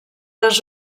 les